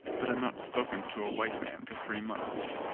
but i've not spoken to a white man for three months.